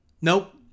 Nope